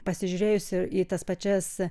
pasižiūrėjusi į tas pačias